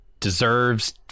deserves